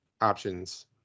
options